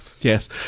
Yes